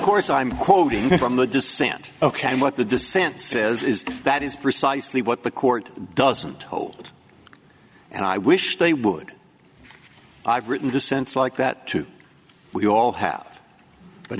of course i'm quoting from the dissent ok and what the dissent says is that is precisely what the court doesn't hold and i wish they would i've written dissents like that too we all have but